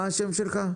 מה השם שלך?